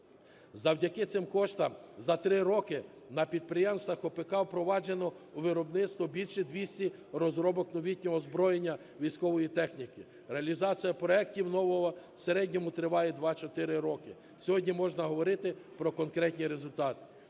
Завдяки цим коштам за 3 роки на підприємствах АПК впроваджено у виробництво більше 200 розробок новітнього озброєння військової техніки. Реалізація проектів нового в середньому триває 2-4 роки. Сьогодні можна говорити про конкретні результати.